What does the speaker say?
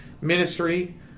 ministry